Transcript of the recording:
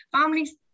families